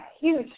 huge